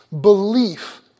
Belief